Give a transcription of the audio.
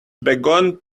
began